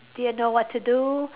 didn't know what to do